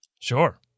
Sure